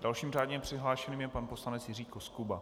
Dalším řádně přihlášeným je pan poslanec Jiří Koskuba.